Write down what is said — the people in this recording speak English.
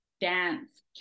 dance